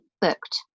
booked